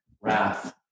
wrath